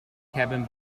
cabin